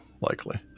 likely